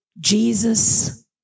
Jesus